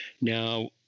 Now